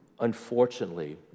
Unfortunately